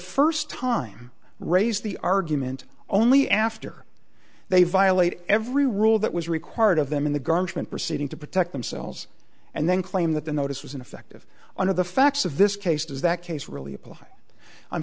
first time raise the argument only after they violated every rule that was required of them in the garnishment proceeding to protect themselves and then claim that the notice was ineffective on of the facts of this